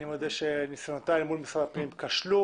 אני מודה שניסיונותיי מול משרד הפנים כשלו.